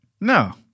No